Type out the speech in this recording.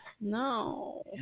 No